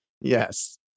Yes